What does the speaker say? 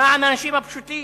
למען האנשים הפשוטים,